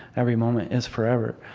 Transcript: every moment is forever.